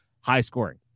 high-scoring